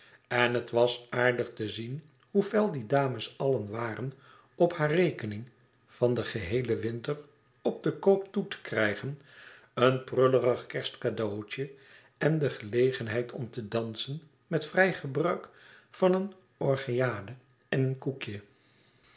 en het was aardig te zien hoe fel die dames allen waren op hare rekening van den geheelen winter op den koop toe te krijgen een prullig kerstcadeau tje en de gelegenheid om te dansen met vrij gebruik van een orgeade en een koekje